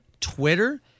Twitter